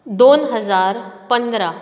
दोन हजार पंदरा